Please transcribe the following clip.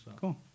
cool